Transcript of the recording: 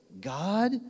God